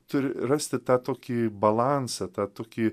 turi rasti tą tokį balansą tą tokį